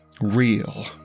real